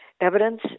evidence